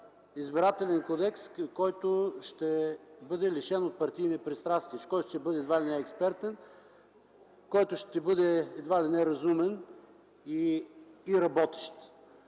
Избирателен кодекс, който ще бъде лишен от партийни пристрастия, който ще бъде едва ли не експертен, който ще бъде едва ли не разумен и работещ.